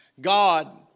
God